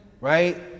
right